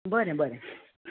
बरें बरें